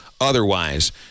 otherwise